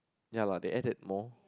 ya lah they add that more